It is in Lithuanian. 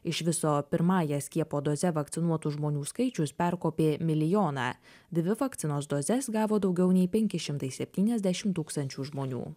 iš viso pirmąja skiepo doze vakcinuotų žmonių skaičius perkopė milijoną dvi vakcinos dozes gavo daugiau nei penki šimtai septyniasdešim tūkstančių žmonių